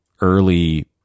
Early